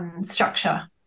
structure